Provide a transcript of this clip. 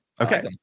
Okay